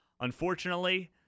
Unfortunately